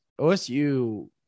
osu